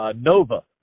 Nova